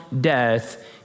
death